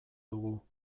dugu